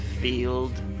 field